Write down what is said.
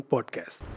Podcast